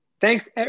thanks